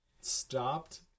stopped